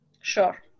Sure